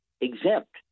exempt